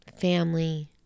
family